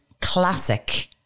classic